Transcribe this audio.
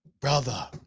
Brother